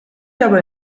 aber